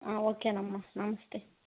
ఓకేనమ్మ నమస్తే